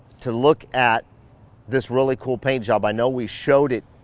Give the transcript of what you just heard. to look at this really cool paint job. i know we showed it